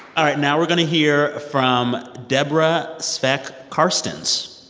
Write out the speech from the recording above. all right, now we're going to hear from deborah svec-carstens.